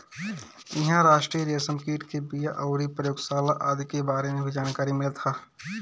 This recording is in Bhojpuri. इहां राष्ट्रीय रेशम कीट के बिया अउरी प्रयोगशाला आदि के बारे में भी जानकारी मिलत ह